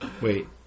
Wait